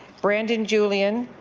brandon julien,